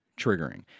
triggering